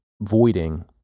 voiding